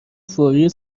فوری